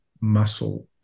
muscle